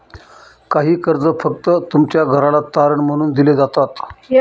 काही कर्ज फक्त तुमच्या घराला तारण मानून दिले जातात